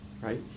right